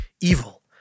evil